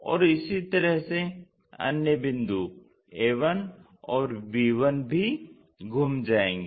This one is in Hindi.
और इसी तरह से अन्य बिंदु a1 और b1 भी घूम जायेंगे